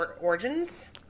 Origins